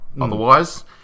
Otherwise